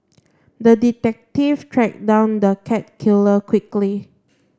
the detective tracked down the cat killer quickly